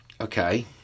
Okay